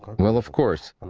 um well, of course.